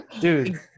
Dude